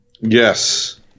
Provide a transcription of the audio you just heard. Yes